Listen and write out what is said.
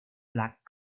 black